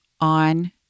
on